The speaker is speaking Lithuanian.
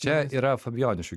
čia yra fabijoniškių